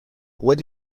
what